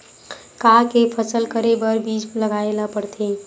का के फसल करे बर बीज लगाए ला पड़थे?